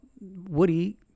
woody